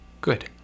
Good